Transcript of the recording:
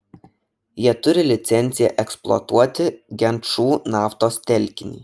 jie turi licenciją eksploatuoti genčų naftos telkinį